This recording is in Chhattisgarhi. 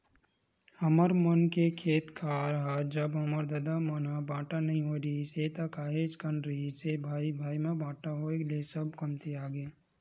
हमर मन के खेत खार ह जब हमर ददा मन ह बाटा नइ होय रिहिस हे ता काहेच कन रिहिस हे भाई भाई म बाटा के होय ले सब कमतियागे